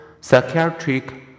psychiatric